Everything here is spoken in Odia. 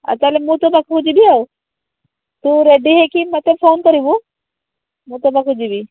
ଆଉ ତା'ହେଲେ ମୁଁ ତୋ ପାଖକୁ ଯିବି ଆଉ ତୁ ରେଡ଼ି ହେଇକି ମୋତେ ଫୋନ କରିବୁ ମୁଁ ତୋ ପାଖକୁ ଯିବି